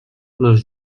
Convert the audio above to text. les